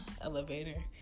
elevator